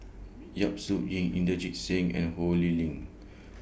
Yap Su Yin Inderjit Singh and Ho Lee Ling